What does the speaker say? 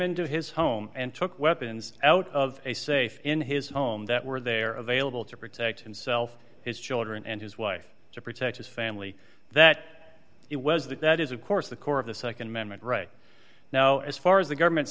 into his home and took weapons out of a safe in his home that were there available to protect himself his children and his wife to protect his family that it was that that is of course the core of the nd amendment right now as far as the government